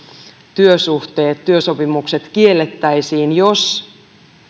työsopimukset kiellettäisiin jos